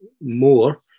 more